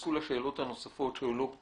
שתתייחסו לשאלות הנוספות שעולות פה,